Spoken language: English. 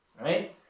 right